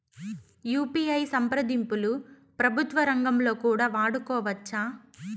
UPI సంప్రదింపులు ప్రభుత్వ రంగంలో కూడా వాడుకోవచ్చా?